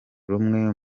rumwe